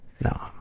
no